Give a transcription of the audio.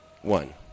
one